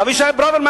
אבישי ברוורמן,